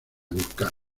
vulcano